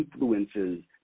influences